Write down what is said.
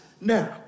Now